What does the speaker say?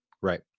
Right